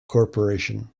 corporation